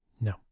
No